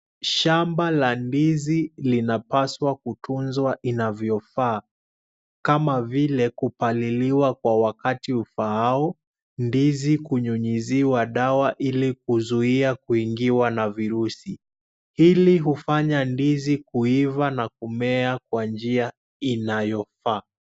Shamba la ndizi linapaswa kutunzwa inavyofaa kama vile kupaliliwa kwa wakati ufaao, ndizi kunyunyuziwa dawa ili kuzuia kuingiwa na virusi, hili hufanya ndizi kuiva na kumea kwa njia inayofaa.